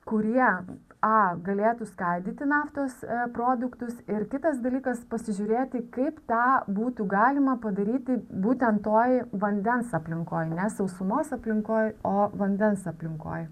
kūrie a galėtų skaidyti naftos produktus ir kitas dalykas pasižiūrėti kaip tą būtų galima padaryti būtent toj vandens aplinkoj ne sausumos aplinkoj o vandens aplinkoj